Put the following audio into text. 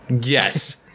Yes